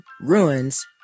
ruins